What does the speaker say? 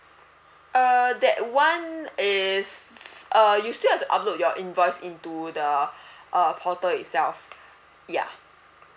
uh that [one] is uh you still have to upload your invoice into the uh portal itself ya